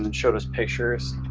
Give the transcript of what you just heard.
and showed us pictures